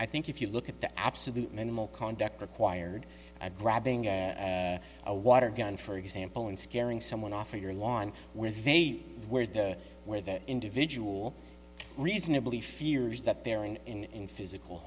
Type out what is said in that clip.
i think if you look at the absolute minimal conduct required at grabbing a water gun for example and scaring someone off of your lawn when they've where there where the individual reasonably fears that they're in in physical